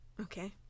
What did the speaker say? Okay